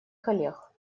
коллег